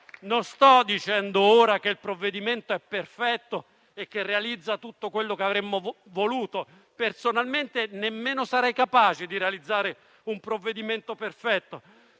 Non sto dicendo che il provvedimento è perfetto e realizza tutto quello che avremmo voluto (personalmente, nemmeno sarei capace di realizzare un provvedimento perfetto).